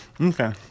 okay